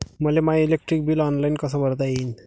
मले माय electric bill online कस भरता येईन?